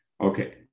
Okay